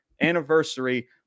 anniversary